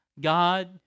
God